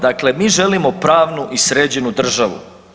Dakle, mi želimo pravnu i sređenu državu.